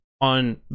On